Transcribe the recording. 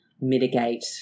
mitigate